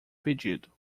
pedido